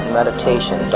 meditation